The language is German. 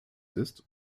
ist